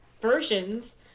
versions